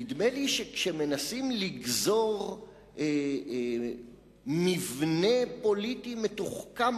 נדמה לי שכאשר מנסים לגזור מבנה פוליטי מתוחכם,